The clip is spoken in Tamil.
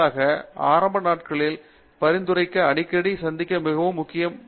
மூர்த்தி ஆனால் முதன்முதலாக ஆரம்ப நாட்களில் பரிந்துரைக்க அடிக்கடி சந்திக்க மிகவும் முக்கியம்